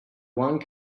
one